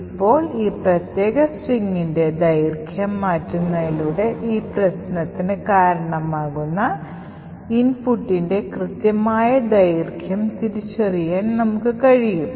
ഇപ്പോൾ ഈ പ്രത്യേക സ്ട്രിംഗിന്റെ ദൈർഘ്യം മാറ്റുന്നതിലൂടെ ഈ പ്രശ്നത്തിന് കാരണമാകുന്ന ഇൻപുട്ടിന്റെ കൃത്യമായ ദൈർഘ്യം തിരിച്ചറിയാൻ നമുക്ക് കഴിയും